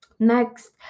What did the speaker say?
next